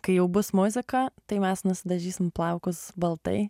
kai jau bus muzika tai mes nusidažysim plaukus baltai